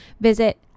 Visit